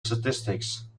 statistics